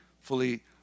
fully